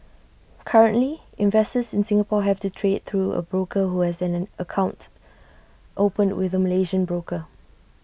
currently investors in Singapore have to trade through A broker who has an account opened with A Malaysian broker